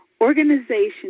Organization